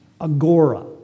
agora